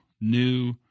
new